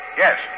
yes